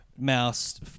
Mouse